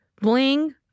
bling